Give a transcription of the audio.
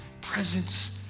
presence